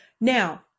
Now